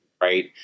right